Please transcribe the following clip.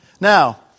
Now